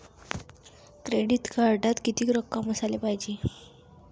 Credit कार्डात कितीक रक्कम असाले पायजे?